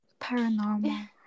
Paranormal